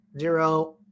Zero